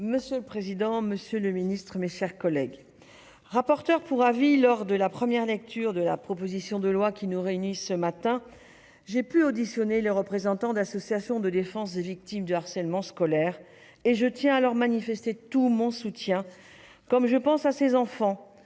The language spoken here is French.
Monsieur le président, monsieur le ministre, mes chers collègues, rapporteure pour avis lors de la première lecture de la proposition de loi qui nous réunit ce matin, j'ai pu auditionner les représentants d'associations de défense des victimes du harcèlement scolaire et je tiens à leur manifester tout mon soutien, tout comme je pense à ces jeunes